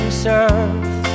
surf